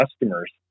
customers